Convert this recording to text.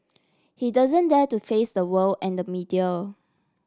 he doesn't dare to face the world and the media